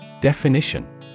Definition